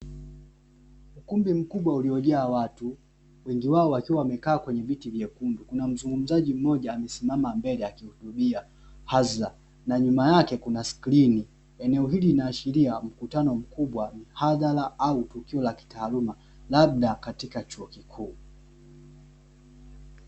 Ukumbi mkubwa uliojaa watu wengi wao wakiwa wamekaa kwenye vitu vyekundu mmoja wao akiwa mbele akiutubia hadhara tukio hili linaonyesha mkutano au tukio la kitaaluma aidha la chuo kikuu